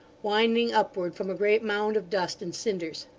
winding upward from a great mound of dust and cinders.